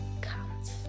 comes